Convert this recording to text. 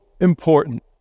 important